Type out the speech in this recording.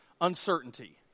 uncertainty